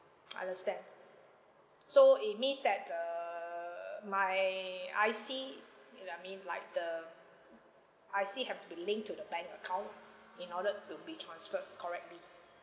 understand so it means that err my I_C uh I mean like the I_C have to be linked to the bank account in order to be transferred correctly